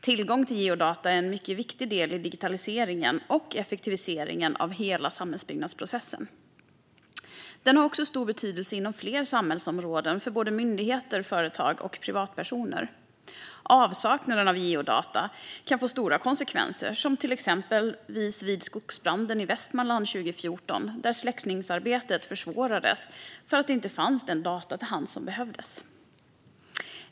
Tillgång till geodata är en mycket viktig del i digitaliseringen och effektiviseringen av hela samhällsbyggnadsprocessen. Det har också stor betydelse inom fler samhällsområden för myndigheter, företag och privatpersoner. Avsaknaden av geodata kan få stora konsekvenser, som till exempel vid skogsbranden i Västmanland 2014, där släckningsarbetet försvårades för att de data som behövdes inte fanns till hands.